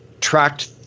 tracked